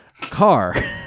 car